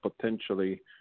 potentially